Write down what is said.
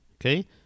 okay